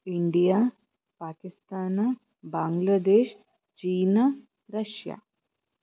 India Pakistan Bangladesh China Russia